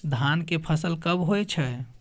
धान के फसल कब होय छै?